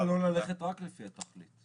למה לא ללכת רק לפי התכלית?